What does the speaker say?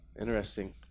interesting